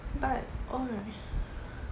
but alright